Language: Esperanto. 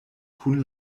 kun